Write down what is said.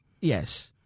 yes